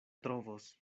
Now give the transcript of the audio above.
trovos